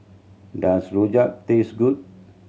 does rojak taste good